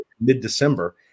mid-december